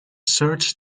search